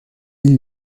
ils